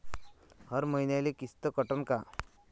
हर मईन्याले किस्त कटन का?